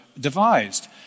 devised